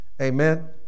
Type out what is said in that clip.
Amen